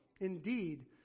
Indeed